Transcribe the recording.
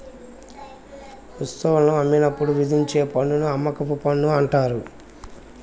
వస్తువులను అమ్మినప్పుడు విధించే పన్నుని అమ్మకపు పన్ను అంటారు